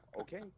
okay